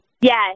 Yes